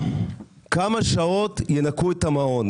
כמה שעות ינקו את המעון,